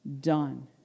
done